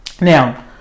Now